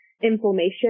inflammation